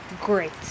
Great